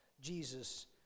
Jesus